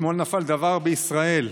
אתמול נפל דבר בישראל.